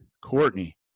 Courtney